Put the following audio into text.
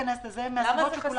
למה זה חסוי?